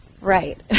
right